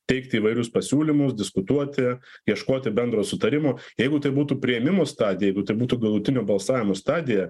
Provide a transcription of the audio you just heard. teikti įvairius pasiūlymus diskutuoti ieškoti bendro sutarimo jeigu tai būtų priėmimo stadija jeigu tai būtų galutinio balsavimo stadija